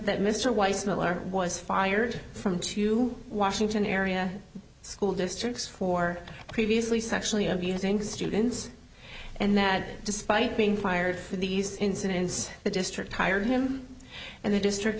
that mr weiss miller was fired from two washington area school districts for previously sexually abusing students and that despite being fired for these incidents the district hired him and the district